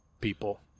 people